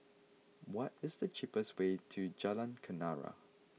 what is the cheapest way to Jalan Kenarah